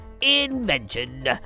invention